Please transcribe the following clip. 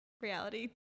reality